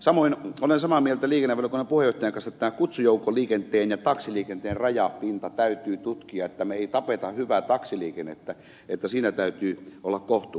samoin olen samaa mieltä liikennevaliokunnan puheenjohtajan kanssa siitä että kutsujoukkoliikenteen ja taksiliikenteen rajapinta täytyy tutkia että me emme tapa hyvää taksiliikennettä että siinä täytyy olla kohtuus